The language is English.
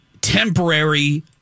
temporary